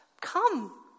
come